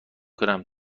کنم